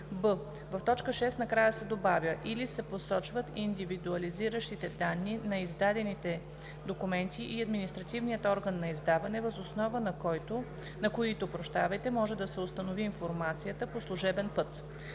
в т. 6 накрая се добавя „или се посочват индивидуализиращите данни на издадените документи и административният орган на издаване, въз основа на които може да се установи информацията по служебен път“.